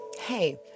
hey